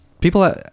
people